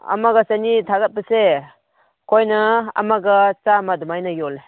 ꯑꯃꯒ ꯆꯅꯤ ꯊꯥꯒꯠꯄꯁꯦ ꯑꯩꯈꯣꯏꯅ ꯑꯃꯒ ꯆꯥꯃ ꯑꯗꯨꯃꯥꯏꯅ ꯌꯣꯜꯂꯦ